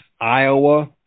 Iowa